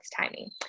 timing